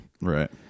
right